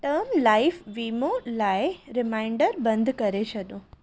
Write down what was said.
term life वीमो लाइ reminder बंदि करे छॾियो